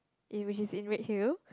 in which is in Redhill